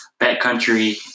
backcountry